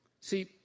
See